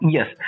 Yes